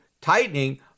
tightening